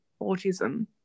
autism